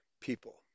people